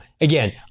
Again